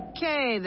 Okay